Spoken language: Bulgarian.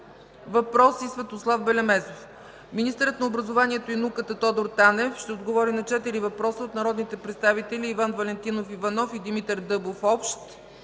въпрос, и Светослав Белемезов; – министърът на образованието и науката Тодор Танев ще отговори на четири въпроса от народните представители Иван Валентинов Иванов и Димитър Дъбов – общ,